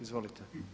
Izvolite.